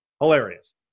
hilarious